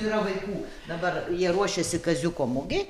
yra vaikų dabar jie ruošiasi kaziuko mugei